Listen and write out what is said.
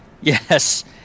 Yes